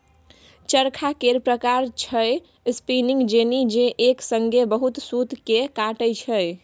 चरखा केर प्रकार छै स्पीनिंग जेनी जे एक संगे बहुत सुत केँ काटय छै